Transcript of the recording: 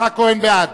יצחק כהן, בעד.